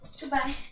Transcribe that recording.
goodbye